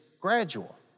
gradual